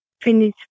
finish